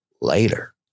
later